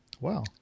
Wow